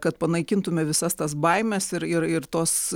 kad panaikintume visas tas baimes ir ir ir tuos